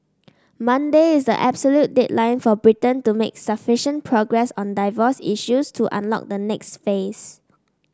Monday is the absolute deadline for Britain to make progress on divorce issues to unlock the next phase